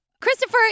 Christopher